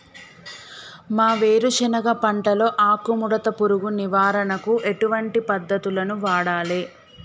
మా వేరుశెనగ పంటలో ఆకుముడత పురుగు నివారణకు ఎటువంటి పద్దతులను వాడాలే?